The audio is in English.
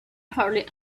hardly